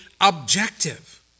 objective